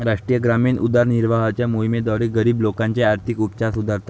राष्ट्रीय ग्रामीण उदरनिर्वाहाच्या मोहिमेद्वारे, गरीब लोकांचे आर्थिक उपचार सुधारतात